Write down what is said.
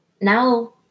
Now